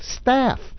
staff